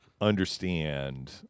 understand